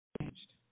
changed